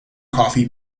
coffee